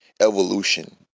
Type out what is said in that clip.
evolution